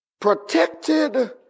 protected